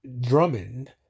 Drummond